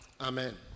Amen